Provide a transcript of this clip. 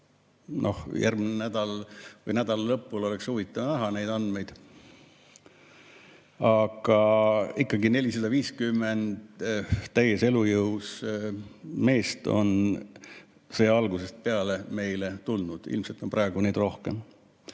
Järgmisel nädalal või nädalalõpul oleks huvitav näha neid andmeid. Aga ikkagi, 450 täies elujõus meest on sõja algusest peale meile tulnud, ilmselt on praegu neid rohkem.